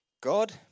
God